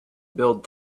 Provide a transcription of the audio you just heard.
build